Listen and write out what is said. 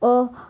ଓ